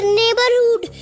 neighborhood